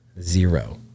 Zero